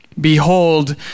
Behold